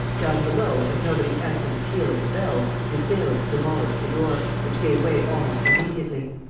down below, as nobody answered the peal at the bell, the assailants demolished the door, which gave way almost immediately.